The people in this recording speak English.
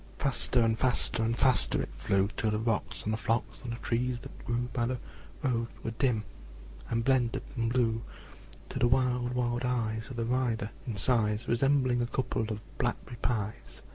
faster and faster and faster it flew, till the rocks and the flocks and the trees that grew by the road were dim and blended and blue to the wild, wild eyes of the rider in size resembling a couple of blackberry pies.